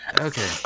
Okay